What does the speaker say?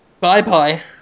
Bye-bye